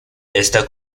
esta